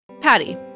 Patty